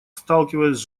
сталкиваясь